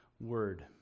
Word